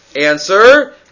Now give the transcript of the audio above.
Answer